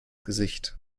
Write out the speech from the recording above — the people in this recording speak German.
gesicht